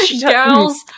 Girls